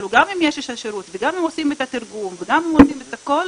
גם אם יש שירות וגם אם עושים את התרגום וגם אם עושים את הכול